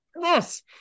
Yes